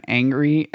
angry